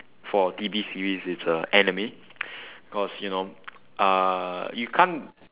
for T_V series it's an anime because you know uh you can't